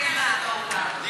מצביעות בעד, חבר הכנסת דב חנין.